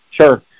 Sure